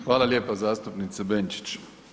Hvala lijepa zastupnice Benčić.